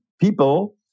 people